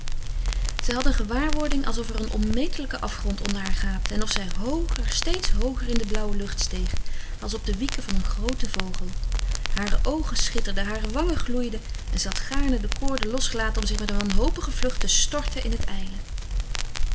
zij had een gewaarwording alsof er een onmetelijke afgrond onder haar gaapte en of zij hooger steeds hooger in de blauwe lucht steeg als op de wieken van een grooten vogel hare oogen schitterden hare wangen gloeiden en zij had gaarne de koorden losgelaten om zich met een wanhopige vlucht te storten in het ijle